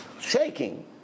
shaking